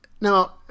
Now